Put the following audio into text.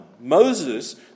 Moses